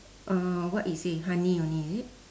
uh what it say honey only is it